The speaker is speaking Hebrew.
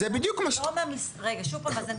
זה בדיוק מה שאת --- רגע, שוב פעם.